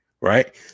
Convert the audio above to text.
right